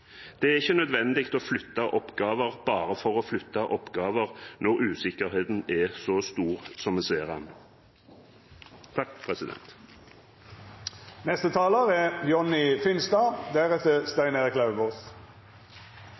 Det er ikke nødvendig å flytte oppgaver bare for å flytte oppgaver, når usikkerheten er så stor som vi ser at den er. En av de viktigste forutsetningene for å skape et bærekraftig velferdssamfunn er